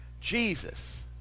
Jesus